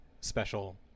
special